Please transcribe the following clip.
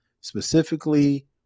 specifically